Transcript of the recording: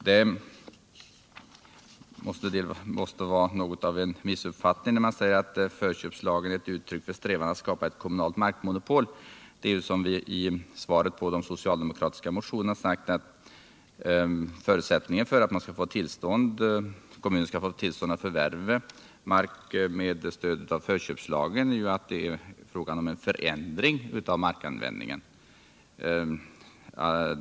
Det måste bero på en missuppfattning, när man säger att förköpslagen är ett uttryck för strävan att skapa ett kommunalt markmonopol. Som vi i svaret på de socialdemokratiska motionerna säger är förutsättningen för att en kommun skall få tillstånd att förvärva mark med stöd av förköpslagen att det är fråga om en förändring av markanvändningen.